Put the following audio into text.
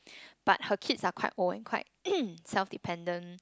but her kids are quite old and quite self dependent